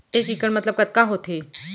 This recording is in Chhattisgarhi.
एक इक्कड़ मतलब कतका होथे?